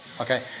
Okay